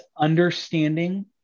understanding